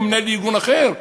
הוא מנהל ארגון אחר.